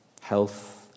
health